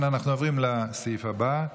אנחנו עוברים לסעיף הבא.